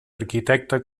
arquitecte